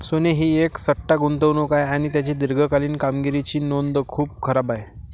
सोने ही एक सट्टा गुंतवणूक आहे आणि त्याची दीर्घकालीन कामगिरीची नोंद खूपच खराब आहे